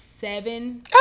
seven